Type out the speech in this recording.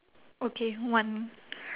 okay one